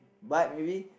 but maybe